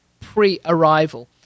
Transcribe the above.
pre-arrival